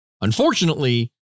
Unfortunately